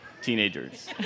teenagers